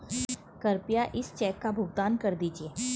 कृपया इस चेक का भुगतान कर दीजिए